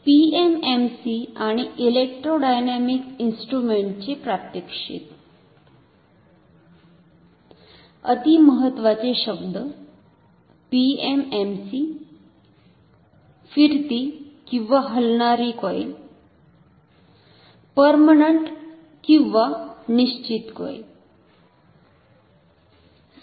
PMMC आणि electrodynamic इंस्ट्रुमेंटचे प्रात्यक्षिक अतिमहत्वाचे शब्द PMMC फिरती हलणारी कॉईल पर्मनंटनिश्चित कॉईल